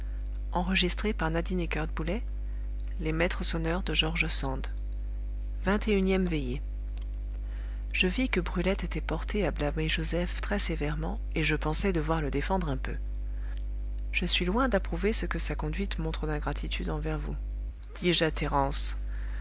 mettre vingt et unième veillée je vis que brulette était portée à blâmer joseph très sévèrement et je pensai devoir le défendre un peu je suis loin d'approuver ce que sa conduite montre d'ingratitude envers vous dis-je à